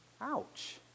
Ouch